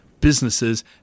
businesses